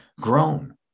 grown